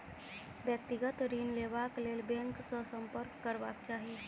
व्यक्तिगत ऋण लेबाक लेल बैंक सॅ सम्पर्क करबाक चाही